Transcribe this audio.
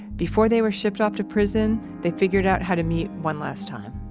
before they were shipped off to prison, they figured out how to meet one last time